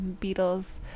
beatles